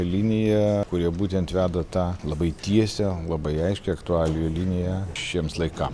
liniją kurie būtent veda tą labai tiesią labai aiškią aktualijų liniją šiems laikam